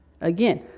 again